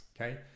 okay